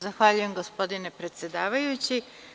Zahvaljujem gospodine predsedavajući.